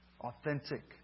authentic